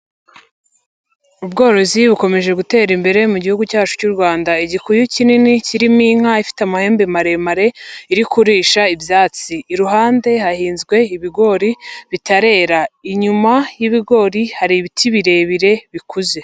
Ubworozi bukomeje gutera imbere mu gihugu cyacu cy'u Rwanda, igikuyu kinini kirimo inka ifite amahembe maremare iri kurisha ibyatsi, iruhande hahinzwe ibigori bitarera, inyuma y'ibigori hari ibiti birebire bikuze.